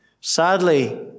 sadly